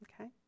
okay